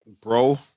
bro